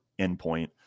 endpoint